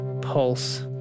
pulse